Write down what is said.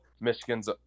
Michigan's